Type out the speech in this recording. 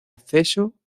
acceso